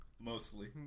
Mostly